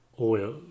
oil